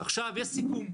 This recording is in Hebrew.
עכשיו יש סיכום,